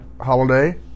holiday